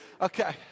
Okay